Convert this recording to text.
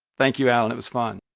thank you alan, it was fun.